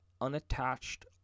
Unattached